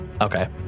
okay